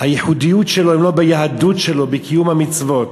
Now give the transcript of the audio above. הייחודיות שלו, אם לא ביהדות שלו, בקיום המצוות?